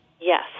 Yes